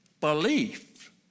Belief